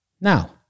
Now